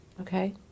Okay